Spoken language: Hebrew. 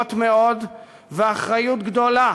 חמורות מאוד ואחריות גדולה